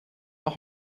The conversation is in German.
auch